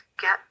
get